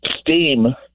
STEAM